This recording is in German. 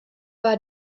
war